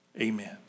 amen